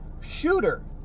shooter